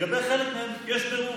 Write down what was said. לגבי חלק מהם, יש בירור.